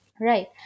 Right